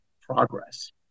progress